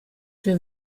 suoi